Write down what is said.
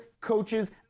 coaches